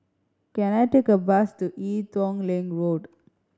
can I take a bus to Ee Teow Leng Road